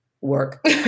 work